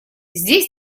здесь